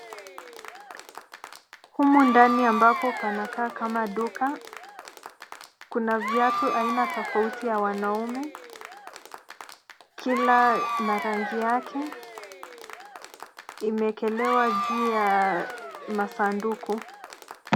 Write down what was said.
Humu ndani ambapo panakaa kama duka, kuna viatu aina tofauti ya wanaume, kila na rangi yake, imeekelewa juu ya masanduku.